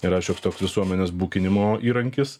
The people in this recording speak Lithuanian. yra šioks toks visuomenės bukinimo įrankis